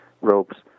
ropes